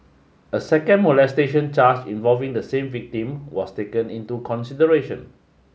a second molestation charge involving the same victim was taken into consideration